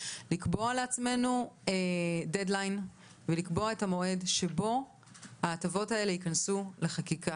לקבוע לעצמנו דד-ליין ולקבוע את המועד שבו ההטבות הללו ייכנסו לחקיקה.